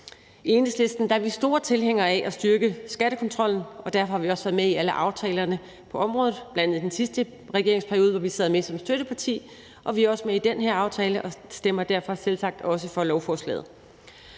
I Enhedslisten er vi store tilhængere af at styrke skattekontrollen, og derfor har vi også været med i alle aftalerne på området, bl.a. i den sidste regeringsperiode, hvor vi sad med som støtteparti, og vi er også med i den her aftale og stemmer derfor selvsagt også for lovforslaget.